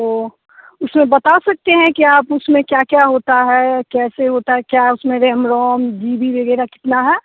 ओ उसमें बता सकते हैं कि आप उसमें क्या क्या होता है कैसे होता है क्या उसमें रैम रोम जी बी वगैरह कितना है